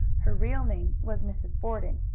her real name was mrs. borden.